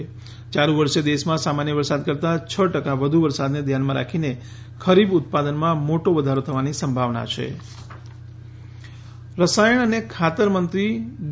યાલુ વર્ષે દેશમાં સામાન્ય વરસાદ કરતાં છ ટકા વધુ વરસાદને ધ્યાનમાં રાખીને ખરીફ ઉતા દનમાં માટી વધારી થવાની સંભાવના છે ગાવડા ખાતર રસાયણ અને ખાતર મંત્રી ડી